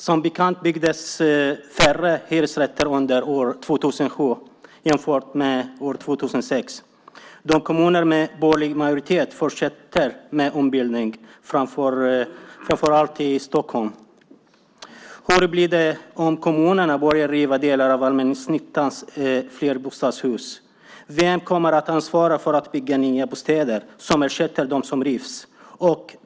Som bekant byggdes det färre hyresrätter under år 2007 än år 2006. De kommuner som har borgerlig majoritet fortsätter med ombildning - det sker framför allt i Stockholm. Hur blir det om kommunerna börjar riva delar av allmännyttans flerbostadshus? Vem kommer att ansvara för att bygga nya bostäder som ersätter dem som rivs?